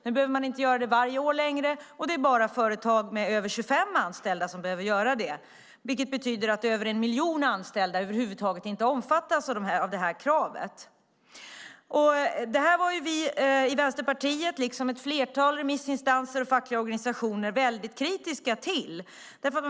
Nu behöver det inte göras varje år längre, och endast företag med fler än 25 anställda behöver göra det. Det betyder att över en miljon anställda inte omfattas av det kravet över huvud taget. Vi i Vänsterpartiet, liksom ett flertal remissinstanser och fackliga organisationer, var väldigt kritiska till detta.